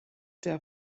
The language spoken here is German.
der